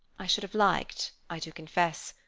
i should have liked, i do confess,